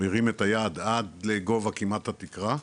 הוא הרים את היד על לגובה כמעט התקרה,